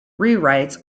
rewrites